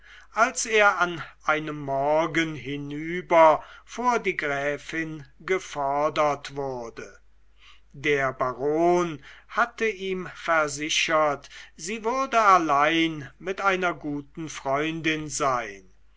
als er an einem morgen hinüber vor die gräfin gefordert wurde der baron hatte ihm versichert sie würde allein mit einer guten freundin sein